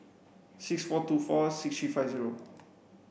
six four two four six three five zero